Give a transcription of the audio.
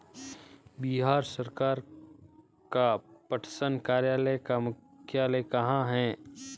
बिहार सरकार का पटसन कार्यालय का मुख्यालय कहाँ है?